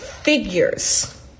figures